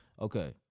Okay